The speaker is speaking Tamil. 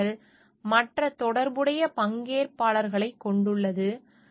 இந்தச் சூழல் மற்ற தொடர்புடைய பங்கேற்பாளர்களைக் கொண்டுள்ளது